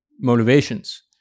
motivations